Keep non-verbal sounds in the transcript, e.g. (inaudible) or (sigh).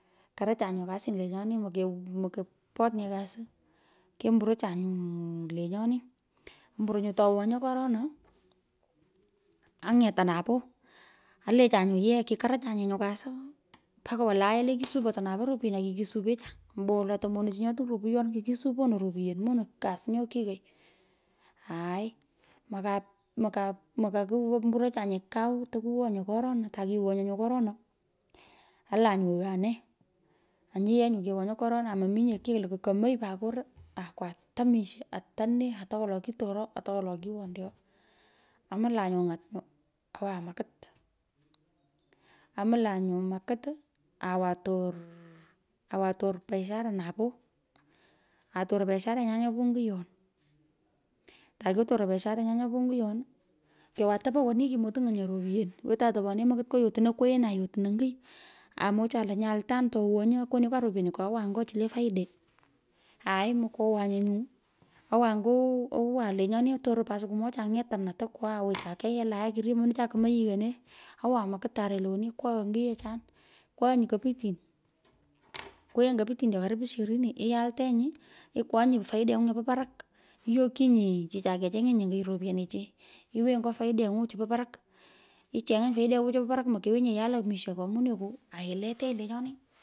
Karachanyu kasin lenyoni, mokepet nye kasi, kemburocha nyuu lenyoni. Mburo nyu ato wonyi korona ang’etan napoo. olecha nyu yee mokikaracha nye kusi mbaka wolaye le kisupoto ropyen walae kikusopecha ombwolo tomo ono chi nyo tiny ropuyon kikusupo ono ropyen, mono kasi nyo kiyioi. Aoi maku (hesitation) makakumbracha nye kaw tokuwanyi, korona. Takiwonyi nyo korona ala nyo oanee anyi yee kewonyi. korana aa mominye kilukwu kemei pat koro aku ata misho ata nee ata wolo kitorokoi ata wolo kiwendeoi. Mlan nyenyu ng’at nyu owan makit. Omlan nyu makit awator biashara napoo, aa toron biasharenyan nyopo ongiyon. Tanya kiotoron biasharenyon nyopo ongiyon kiowan tope woni kimutiny’enye ropyen, wetan tepone makit nyo yotun okwen alotnoi ongiy omwochan lo nye altan to wonyi, akonekwa ropyenikwo awan nyo chi le faide. Aaai mokowanyee nyu. owan ngoo, owan pat siku mocha ang’etan tokwogho awechan kei alan ruyo ye monechan kemei, iyior nee. Owan makit arelon woni akwaghan nguyechan kwighanyi kipichtin kwoenyi kopichtin cho le karibu shirini iyaltenyi. Ikwangyi faideny'u nyopo parak, lyoky nyi chichai, kecheny’enyi akai ropyenichi. lwenyi nyo faideng’u chu po parak icheny’anyi, faideny'u chopo parak mokewenyi. nye yala misho ko moneko ailtutenyi lenyoni.